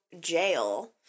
jail